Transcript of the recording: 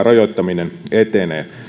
rajoittaminen etenee